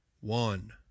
one